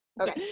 Okay